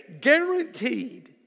guaranteed